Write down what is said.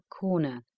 corner